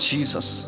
Jesus